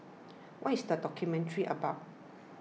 what is the documentary about